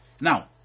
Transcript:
Now